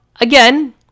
again